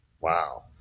Wow